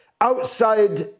outside